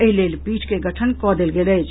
एहि लेल पीठ के गठन कऽ देल गेल अछि